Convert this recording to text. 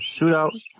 shootout